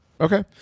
Okay